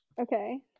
Okay